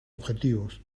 objetivos